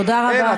תודה רבה.